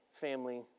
family